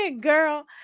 girl